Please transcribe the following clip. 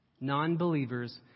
Non-believers